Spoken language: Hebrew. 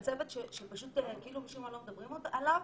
אבל זה הצוות שפשוט משום מה לא מדברים עליו.